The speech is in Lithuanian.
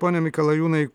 pone mikalajūnai